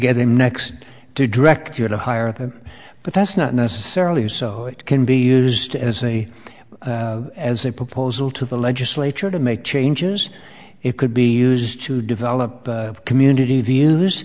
get him next to direct you to hire them but that's not necessarily so it can be used as a as a proposal to the legislature to make changes it could be used to develop community view